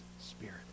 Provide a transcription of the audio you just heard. Spirit